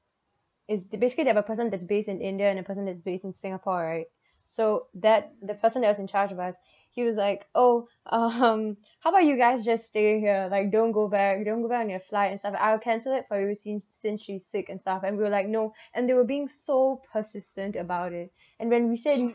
is basically there's a person that's based in india and there's a person is based in singapore so that the person that's in charge of us he was like oh um how about you guys just stay here like don't go back don't go back on your flight I'll cancel it for you since since you sick and stuff and we were like no and they were being so persistent about it and when we said